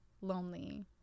lonely